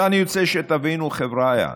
אני רוצה שתבינו, חבריא,